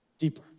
Deeper